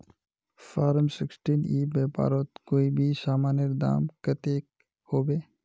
Form sixteen ई व्यापारोत कोई भी सामानेर दाम कतेक होबे?